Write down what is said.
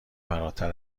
فراتر